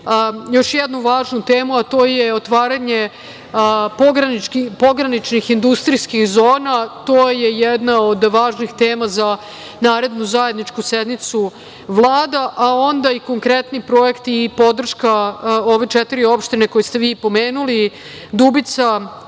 još jednu važnu temu, a to je otvaranje pograničnih i industrijskih zona. To je jedna od važnih tema za narednu zajedničku sednicu vlada, a onda i konkretni projekti i podrška ove četiri opštine, koje ste pomenuli: Dubica,